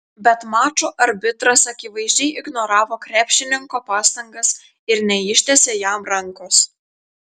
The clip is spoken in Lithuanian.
bet mačo arbitras akivaizdžiai ignoravo krepšininko pastangas ir neištiesė jam rankos